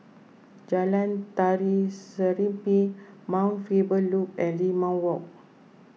Jalan Tari Serimpi Mount Faber Loop and Limau Walk